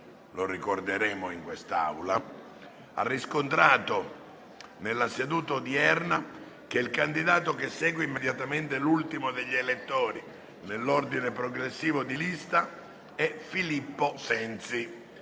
lo ricorderemo in quest'Aula), ha riscontrato, nella seduta odierna, che il candidato che segue immediatamente l'ultimo degli eletti nell'ordine progressivo di lista è Filippo Sensi.